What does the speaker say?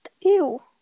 Ew